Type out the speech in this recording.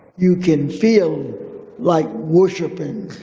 you can feel like worshipping